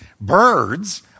birds